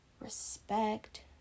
respect